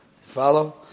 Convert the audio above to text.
follow